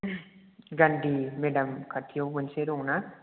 गान्धी मैदान खाथियाव मोनसे दं ना